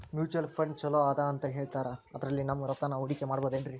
Mutual fund ಛಲೋ ಅದಾ ಅಂತಾ ಹೇಳ್ತಾರ ಅದ್ರಲ್ಲಿ ನಮ್ ರೊಕ್ಕನಾ ಹೂಡಕಿ ಮಾಡಬೋದೇನ್ರಿ?